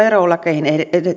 verolakeihin